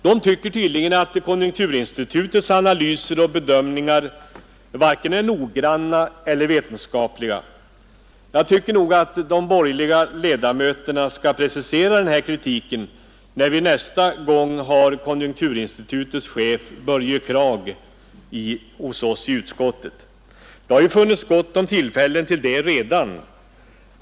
De tycker tydligen inte att konjunkturinstitutets analyser och bedömningar är vare sig noggranna eller vetenskapliga. Jag tycker att de borgerliga ledamöterna skall precisera den här kritiken när vi nästa gång har konjunkturinstitutets chef, Börje Kragh, hos oss i utskottet. Det har ju funnits gott om tillfällen till det redan.